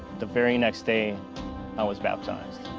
the very next day i was baptized.